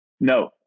no